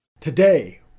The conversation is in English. Today